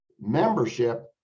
membership